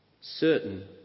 Certain